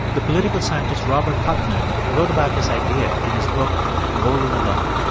the political scientist robert putnam wrote about this idea in his book bowling alone.